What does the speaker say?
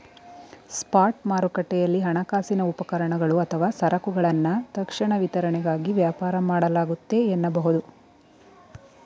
spot ಮಾರುಕಟ್ಟೆಯಲ್ಲಿ ಹಣಕಾಸಿನ ಉಪಕರಣಗಳು ಅಥವಾ ಸರಕುಗಳನ್ನ ತಕ್ಷಣ ವಿತರಣೆಗಾಗಿ ವ್ಯಾಪಾರ ಮಾಡಲಾಗುತ್ತೆ ಎನ್ನಬಹುದು